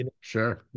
Sure